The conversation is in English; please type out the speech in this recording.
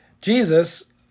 Jesus